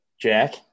Jack